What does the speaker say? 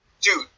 dude